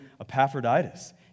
Epaphroditus